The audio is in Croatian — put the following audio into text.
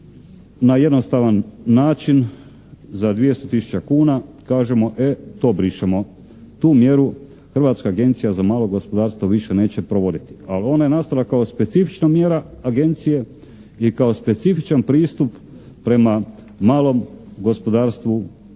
na jednostavan način za 200 tisuća kuna kažemo, e to brišemo. Tu mjeru Hrvatska agencija za malo gospodarstvo više neće provoditi. Ali ona je nastala kao specifična mjera Agencije i kao specifičan pristup prema malom gospodarstvu u Hrvatskoj.